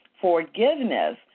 forgiveness